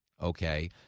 Okay